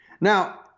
Now